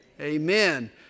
amen